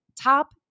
top